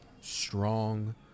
strong